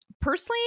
personally